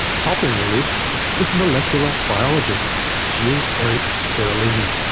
topping the list is molecular biologist gilles-eric seralini.